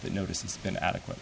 that notice it's been adequate